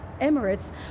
Emirates